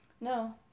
no